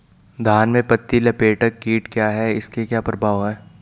धान में पत्ती लपेटक कीट क्या है इसके क्या प्रभाव हैं?